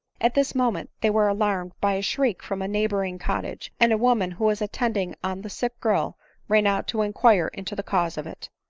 at this moment they were alarmpd by a shriek from a neighboring cottage, and a woman who was attending on the sick girl ran out to inquire into the cause of it.